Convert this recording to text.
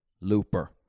Looper